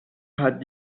hat